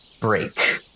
break